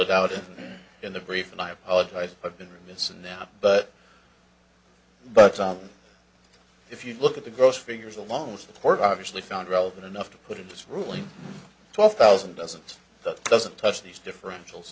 it out in the brief and i apologize i've been remiss in them but but on if you look at the gross figures along support obviously found relevant enough to put it this ruling twelve thousand doesn't that doesn't touch these differential